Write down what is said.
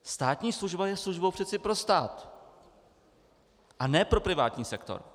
Státní služba je službou přece pro stát, a ne pro privátní sektor.